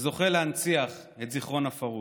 וזוכה להנציח את זיכרון הפרהוד.